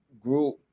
group